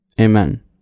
Amen